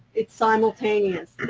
it's simultaneous.